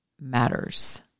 matters